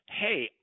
hey